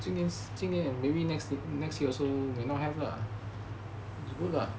今年 or maybe next year also may not have lah which is good lah